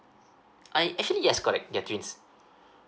I actually yes correct they're twins